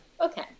Okay